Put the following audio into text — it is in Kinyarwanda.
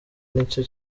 nicyo